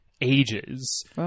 ages